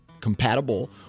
compatible